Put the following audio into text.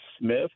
Smith